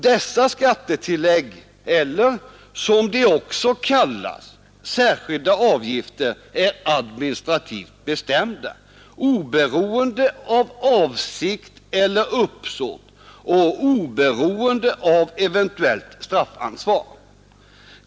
Dessa skattetillägg eller, som de också kallas, särskilda avgifter är administrativt bestämda, oberoende av avsikt eller uppsåt och oberoende av eventuellt straffansvar.